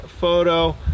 photo